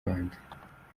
rwanda